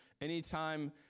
anytime